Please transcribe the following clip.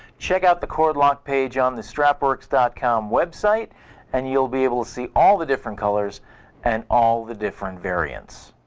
check out the cord lock page on the strapworks dot com website and you'll be able to see all the different colors and all the different variants.